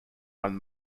one